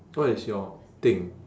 what is your thing